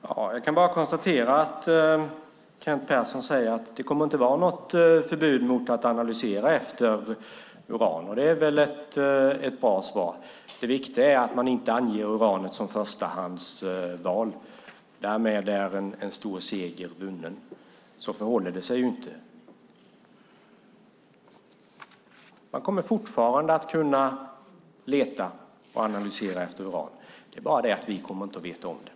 Fru talman! Jag kan bara konstatera att Kent Persson säger: Det kommer inte att vara något förbud mot att göra analyser i fråga om uran, och det är väl ett bra svar. Det viktiga är att man inte anger uranet som förstahandsval. Därmed är en stor seger vunnen. Så förhåller det sig inte. Man kommer fortfarande att kunna leta efter och analysera uran. Det är bara det att vi inte kommer att veta om det.